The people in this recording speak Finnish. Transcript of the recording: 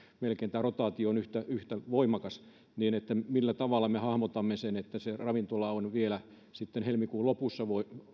tämä rotaatio on melkein yhtä voimakas niin se millä tavalla me hahmotamme sen että se ravintola on sitten vielä helmikuun lopussa